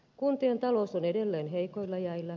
kuntien talous on edelleen heikoilla jäillä